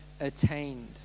attained